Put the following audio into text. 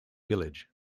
village